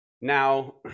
Now